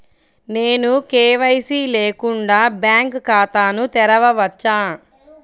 నేను కే.వై.సి లేకుండా బ్యాంక్ ఖాతాను తెరవవచ్చా?